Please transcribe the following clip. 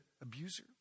abuser